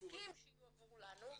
הסכים שיועברו לנו.